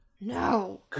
No